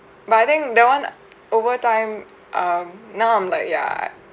but I think that one over time um now I'm like ya